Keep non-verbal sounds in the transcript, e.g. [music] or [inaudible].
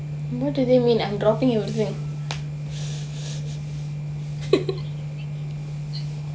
what do they mean I'm dropping everything [laughs]